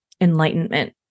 enlightenment